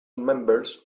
members